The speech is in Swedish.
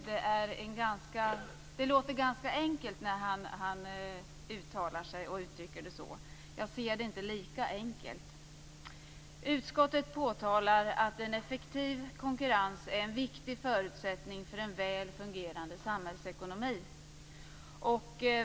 Det låter ganska enkelt när han uttrycker det som han gör. Jag ser det inte som lika enkelt. Utskottet påtalar att en effektiv konkurrens är en viktig förutsättning för en väl fungerande samhällsekonomi.